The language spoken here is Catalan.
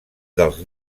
dels